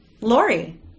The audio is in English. Lori